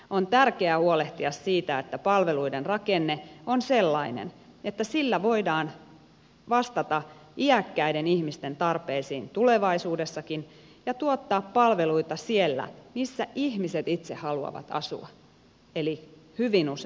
on tärkeää huolehtia siitä että palveluiden rakenne on sellainen että sillä voidaan vastata iäkkäiden ihmisten tarpeisiin tulevaisuudessakin ja tuottaa palveluita siellä missä ihmiset itse haluavat asua eli hyvin usein kotona